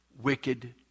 wicked